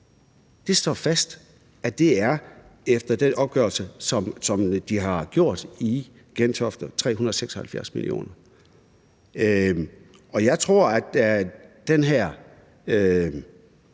står fast, og det er efter den opgørelse, som de har foretaget i Gentofte, på 376 mio. kr. Og jeg tror, at den her